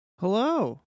Hello